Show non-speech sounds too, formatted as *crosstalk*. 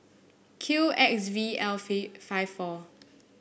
Q X V L *unintelligible* five four